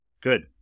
good